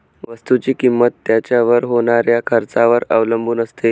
वस्तुची किंमत त्याच्यावर होणाऱ्या खर्चावर अवलंबून असते